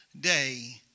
day